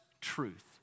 truth